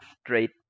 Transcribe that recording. straight